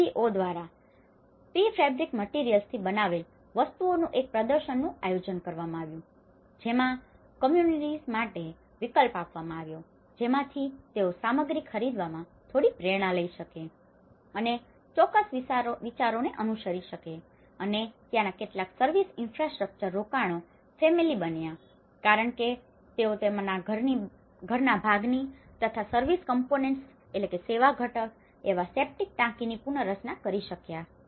CGO દ્વારા prefabricated મટિરિયલ્સથી બનેલ વસ્તુઓનું એક પ્રદર્શનનું આયોજન કરવામાં આવ્યું જેમાં કમ્યુનિટિજ communities સમુદાયો માટે વિકલ્પ આપવામાં આવ્યો જેમાંથી તેઓ સામગ્રી ખરીદવામાં થોડી પ્રેરણા લઈ શકે અને ચોક્કસ વિચારોને અનુસરી શકે અને ત્યાંના કેટલાક સર્વિસ ઇન્ફ્રાસ્ટ્રક્ચર રોકાણો ફેમિલી family પરિવારો બન્યા કારણ કે તેઓ તેમના ઘરના ભાગની તથા સર્વિસ કમ્પોનન્ટ service component સેવા ઘટક એવા સેપ્ટિક ટાંકીની પુનરચના કરી શક્યા